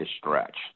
stretch